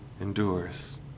endures